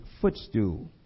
footstool